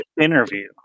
interview